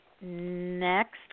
Next